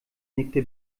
nickte